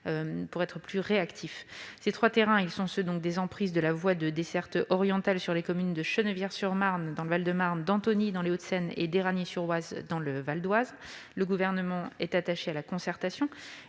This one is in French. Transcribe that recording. Il s'agit, en l'occurrence, des emprises de la voie de desserte orientale sur les communes de Chennevières-sur-Marne dans le Val-de-Marne, d'Antony dans les Hauts-de-Seine et d'Éragny-sur-Oise dans le Val-d'Oise. Le Gouvernement est attaché à la concertation,